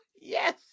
Yes